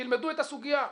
תלמדו את הסוגיה,